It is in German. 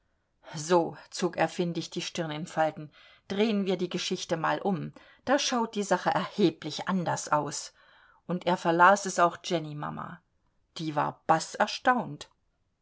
so zog er findig die stirn in falten drehen wir die geschichte mal um da schaut die sache erheblich anders aus und er verlas es auch jennymama die war baß